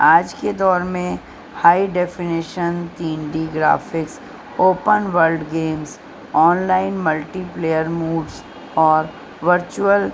آج کے دور میں ہائی ڈیفینیشن تین D graphics open world games online multiplayer modes اور ورچوئل